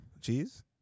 Cheese